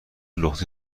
لختی